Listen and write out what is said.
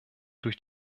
durch